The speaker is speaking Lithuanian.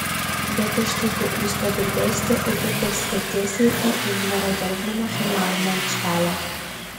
bet aš tikiu jūs padirbėsite ir pateksite tiesiai į ingmaro bergmano filmavimo aikštelę